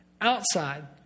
outside